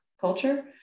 culture